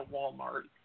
Walmart